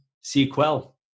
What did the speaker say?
Sequel